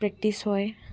practice হয়